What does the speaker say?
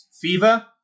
fever